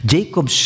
Jacob